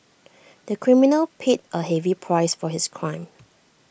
the criminal paid A heavy price for his crime